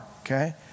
okay